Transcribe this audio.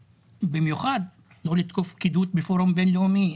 במיוחד לא לתקוף פקידות בפורום בין-לאומי.